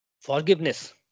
Forgiveness